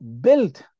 built